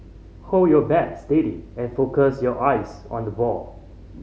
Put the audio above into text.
hold your bat steady and focus your eyes on the ball